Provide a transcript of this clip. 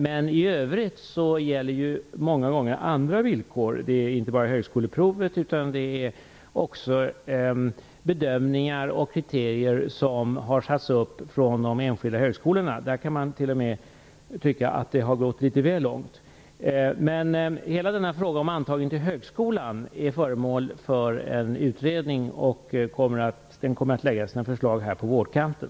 Men i övrigt gäller många gånger andra villkor, exempelvis högskoleprovet och bedömningar och kriterier som de olika högskolorna satt upp. Man kan t.o.m. i vissa fall tycka att detta gått litet väl långt. Frågan om antagning till högskolan utreds nu, och förslagen kommer att presenteras under våren.